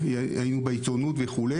היינו בעיתונות וכו'.